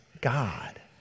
God